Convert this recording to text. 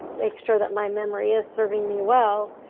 make sure that my memory is serving me well,